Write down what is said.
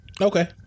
Okay